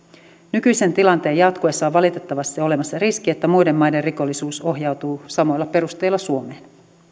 nykyisen tilanteen jatkuessa on valitettavasti olemassa riski että muiden maiden rikollisuus ohjautuu samoilla perusteilla suomeen